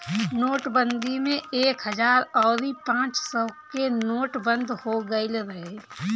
नोटबंदी में एक हजार अउरी पांच सौ के नोट बंद हो गईल रहे